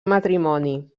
matrimoni